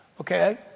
Okay